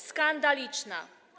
skandaliczna.